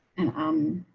and, um,